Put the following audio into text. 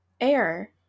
air